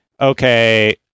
okay